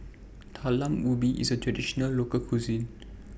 Talam Ubi IS A Traditional Local Cuisine